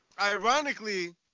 Ironically